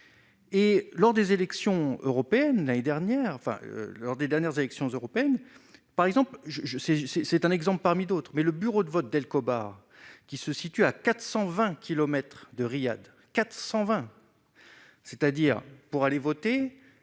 et lors des élections européennes l'année dernière, enfin, lors des dernières élections européennes, par exemple, je sais, c'est, c'est un exemple parmi d'autres, mais le bureau de vote d'Al-Khobar qui se situe à 420 kilomètres de Ryad 420 c'est-à-dire pour aller voter,